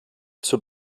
zur